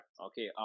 Okay